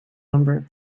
number